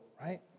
right